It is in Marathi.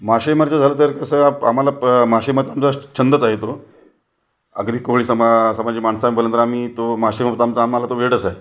मासेमारीचं झालं तर कसं आम्हाला प मासेमारीचा समजा छंदच आहे तो आगरी कोळी समा समाजाची माणसं आम्ही बोललं तर आम्ही तो मासे तर आम्हां आम्हाला तो वेडच आहे